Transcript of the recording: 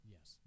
Yes